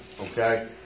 okay